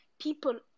people